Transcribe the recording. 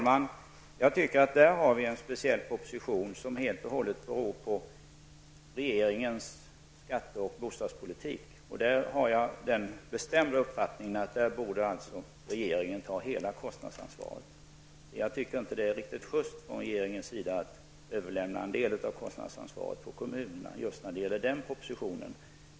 Herr talman! Detta är en proposition som enligt min uppfattning helt och hållet beror på regeringens skatte och bostadspolitik. Jag är av den bestämda uppfattningen att regeringen i denna fråga borde ta hela kostnadsansvaret. Det är inte riktigt just av regeringen att överlämna en del av kostnadsansvaret på kommunerna just när det gäller den propositionen.